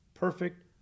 perfect